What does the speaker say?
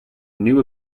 knew